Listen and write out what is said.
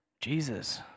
Jesus